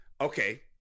Okay